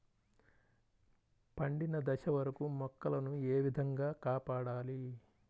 పండిన దశ వరకు మొక్కల ను ఏ విధంగా కాపాడాలి?